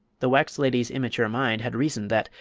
the wax lady's immature mind had reasoned that,